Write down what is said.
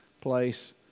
place